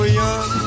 young